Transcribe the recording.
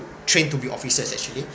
train to be officers actually